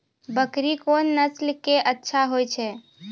बकरी कोन नस्ल के अच्छा होय छै?